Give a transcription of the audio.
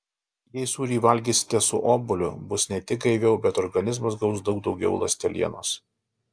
jei sūrį valgysite su obuoliu bus ne tik gaiviau bet organizmas gaus dar daugiau ląstelienos